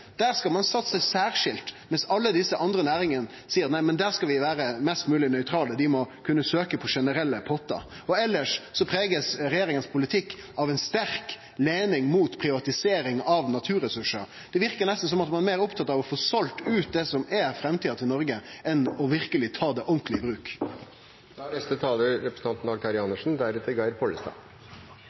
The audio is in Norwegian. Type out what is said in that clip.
Der skal ein satse særskilt, mens for alle desse andre næringane seier ein nei, der skal vi vere mest mogleg nøytrale, dei må kunne søkje på generelle pottar. Elles er regjeringas politikk prega av ei sterk lening mots privatisering av naturressursar. Det verkar nesten som at ein er meir opptatt av å få selt ut det som er framtida til Noreg, enn verkeleg å ta det ordentleg i bruk. Neste taler er Dag Terje Andersen.